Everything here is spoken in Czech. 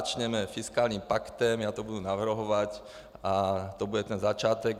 Začněme fiskálním paktem, já to budu navrhovat a to bude začátek.